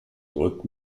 drück